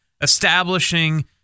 establishing